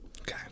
Okay